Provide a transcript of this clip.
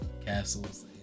castles